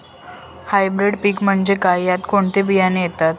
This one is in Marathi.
हायब्रीड पीक म्हणजे काय? यात कोणते बियाणे येतात?